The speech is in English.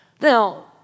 Now